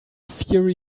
fiery